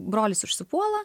brolis užsipuola